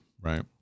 right